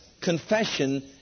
confession